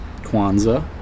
Kwanzaa